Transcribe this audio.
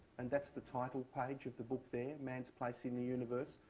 and that's the title page of the book there, man's place in the universe.